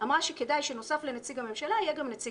אמרה שכדאי שבנוסף לנציג הממשלה יהיה גם נציג